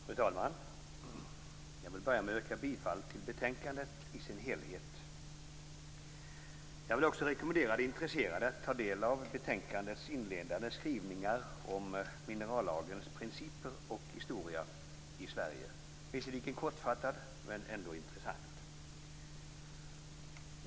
Fru talman! Jag vill börja med att yrka bifall till utskottets hemställan i dess helhet. Jag vill också rekommendera intresserade att ta del av betänkandets inledande skrivningar om minerallagens principer och historia i Sverige, visserligen kortfattade men ändå intressanta.